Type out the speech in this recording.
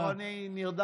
פה אני נרדמתי,